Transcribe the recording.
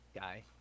guy